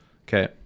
Okay